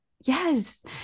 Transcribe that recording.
Yes